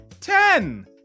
ten